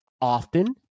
often